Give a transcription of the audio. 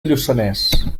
lluçanès